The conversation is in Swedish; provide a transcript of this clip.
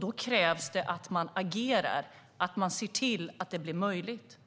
Då krävs det att man agerar, att man ser till att det blir möjligt.